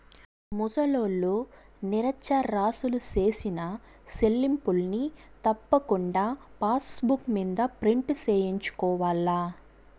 ముసలోల్లు, నిరచ్చరాసులు సేసిన సెల్లింపుల్ని తప్పకుండా పాసుబుక్ మింద ప్రింటు సేయించుకోవాల్ల